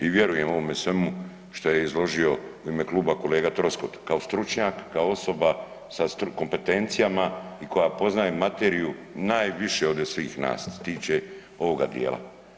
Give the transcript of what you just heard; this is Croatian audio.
I vjerujem ovome svemu što je izložio u ime Kluba kolega Troskot kao stručnjak, kao osoba sa kompetencijama i koja poznaje materiju najviše od ovdje svih nas što se tiče ovoga dijela.